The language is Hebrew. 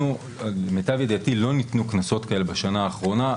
למיטב ידיעתי, לא ניתנו קנסות כאלה בשנה האחרונה.